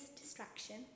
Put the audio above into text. distraction